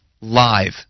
live